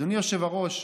אדוני היושב-ראש,